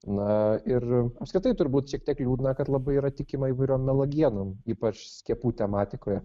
na ir apskritai turbūt šiek tiek liūdna kad labai yra tikima įvairiom melagienom ypač skiepų tematikoje